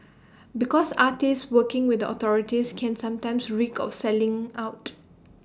because artists working with the authorities can sometimes reek of selling out